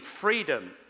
freedom